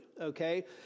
okay